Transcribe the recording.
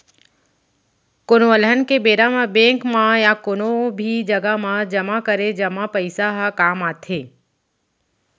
कोनो भी अलहन के बेरा म बेंक म या कोनो भी जघा म जमा करे जमा पइसा ह काम आथे